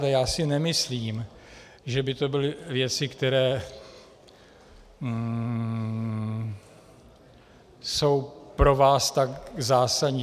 Já si nemyslím, že by to byly věci, které jsou pro vás tak zásadní.